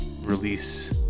release